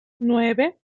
nueve